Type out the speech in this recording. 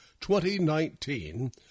2019